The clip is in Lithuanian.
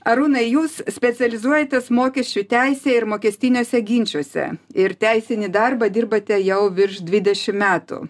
arūnai jūs specializuojatės mokesčių teisėj ir mokestiniuose ginčuose ir teisinį darbą dirbate jau virš dvidešim metų